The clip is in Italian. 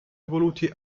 evoluti